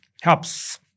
helps